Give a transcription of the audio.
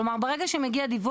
זאת אומרת, ברגע שמגיע דיווח.